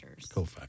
Cofactors